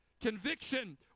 Conviction